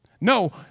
No